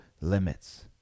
limits